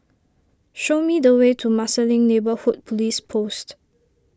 show me the way to Marsiling Neighbourhood Police Post